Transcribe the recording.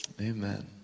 Amen